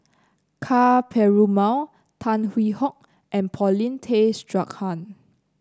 Ka Perumal Tan Hwee Hock and Paulin Tay Straughan